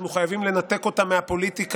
אנחנו חייבים לנתק אותה מהפוליטיקה.